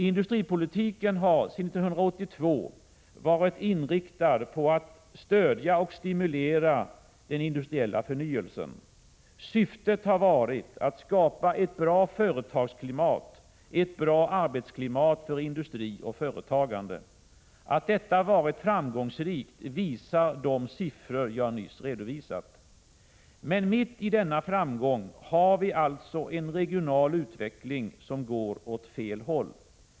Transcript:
Industripolitiken har sedan 1982 varit inriktad på att stödja och stimulera den industriella förnyelsen. Syftet har varit att skapa ett bra arbetsklimat för industri och företagande. Att detta varit framgångsrikt visar de siffror jag nyss redovisat. Men mitt i denna framgång har vi alltså en regional utveckling som går åt fel håll.